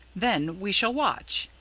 then we shall watch,